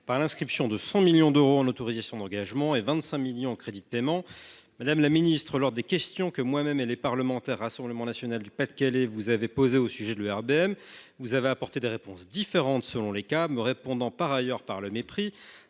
par l’inscription de 100 millions d’euros en autorisations d’engagement et de 25 millions d’euros en crédits de paiement. Madame la ministre, aux questions que les parlementaires du Rassemblement national du Pas de Calais vous ont posées au sujet de l’ERBM, vous avez apporté des réponses différentes selon les cas, me répondant par ailleurs par le mépris,